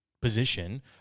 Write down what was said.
position